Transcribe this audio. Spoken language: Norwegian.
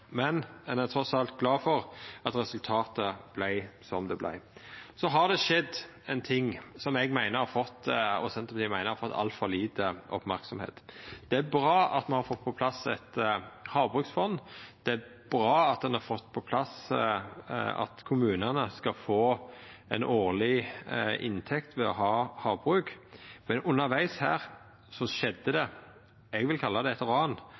Men ein er trass i alt glad for at resultatet vart som det vart. Så har det skjedd ein ting som eg og Senterpartiet meiner har fått altfor liten merksemd. Det er bra at me har fått på plass eit havbruksfond, det er bra at ein har fått på plass at kommunane skal få ei årleg inntekt ved å ha havbruk. Men undervegs her skjedde det eg vil kalla eit ran